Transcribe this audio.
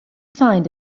find